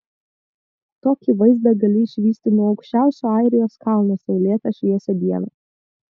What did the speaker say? tokį vaizdą gali išvysti nuo aukščiausio airijos kalno saulėtą šviesią dieną